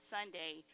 Sunday